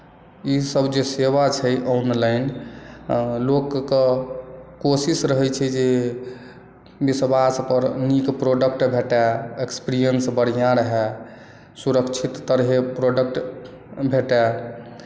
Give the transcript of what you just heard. ई सभ जे सेवा छै ऑनलाइन लोक के कोशिश रहै छै जे विश्वास पर नीक प्रोडक्ट भेटय एक्सपीरियेन्स बढ़ियाँ रहय सुरक्षित तरहे प्रोडक्ट भेटय